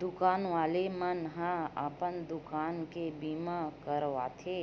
दुकान वाले मन ह अपन दुकान के बीमा करवाथे